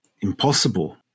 impossible